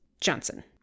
Johnson